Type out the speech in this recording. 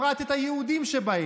בפרט את היהודים שבהם,